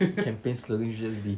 campaigns slogan will just be